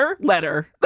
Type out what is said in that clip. Letter